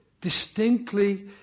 distinctly